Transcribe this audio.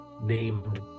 named